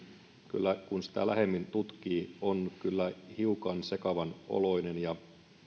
kun sitä lähemmin tutkii on kyllä hiukan sekavan oloinen